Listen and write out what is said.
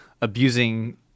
abusing